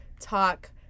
talk